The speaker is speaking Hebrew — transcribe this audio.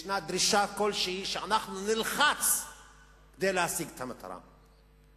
יש דרישה כלשהי שאנחנו נלחץ כדי להשיג את המטרה.